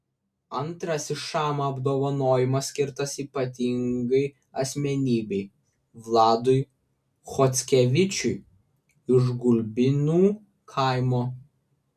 antrasis šama apdovanojimas skirtas ypatingai asmenybei vladui chockevičiui iš gulbinų kaimo